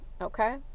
okay